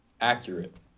accurate